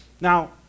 Now